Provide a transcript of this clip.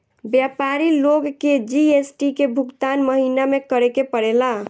व्यापारी लोग के जी.एस.टी के भुगतान महीना में करे के पड़ेला